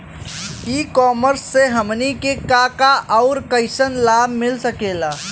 ई कॉमर्स से हमनी के का का अउर कइसन लाभ मिल सकेला?